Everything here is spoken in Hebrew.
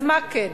אז מה כן?